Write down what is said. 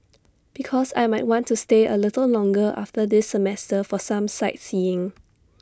because I might want to stay A little longer after this semester for some sightseeing